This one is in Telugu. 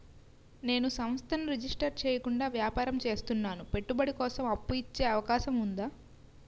నేను సంస్థను రిజిస్టర్ చేయకుండా వ్యాపారం చేస్తున్నాను పెట్టుబడి కోసం అప్పు ఇచ్చే అవకాశం ఉందా?